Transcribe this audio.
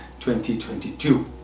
2022